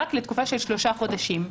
רק לתקופה של שלושה חודשים,